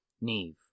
Neve